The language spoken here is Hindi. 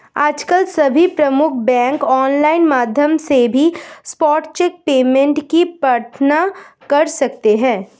आजकल सभी प्रमुख बैंक ऑनलाइन माध्यम से भी स्पॉट चेक पेमेंट की प्रार्थना कर सकते है